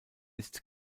ist